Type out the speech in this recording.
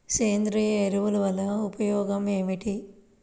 సేంద్రీయ ఎరువుల వల్ల ఉపయోగమేమిటీ?